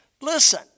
Listen